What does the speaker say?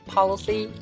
Policy